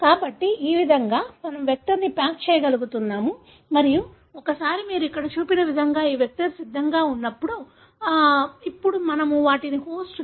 కాబట్టి ఈ విధంగా మేము వెక్టర్ను ప్యాక్ చేయగలుగుతాము మరియు ఒకసారి మీరు ఇక్కడ చూపిన విధంగా ఈ వెక్టర్ సిద్ధంగా ఉన్నప్పుడు ఇప్పుడు మనము వాటిని హోస్ట్ లోపల ఉంచవచ్చు